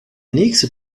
nächste